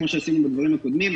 כמו שעשינו בדברים הקודמים.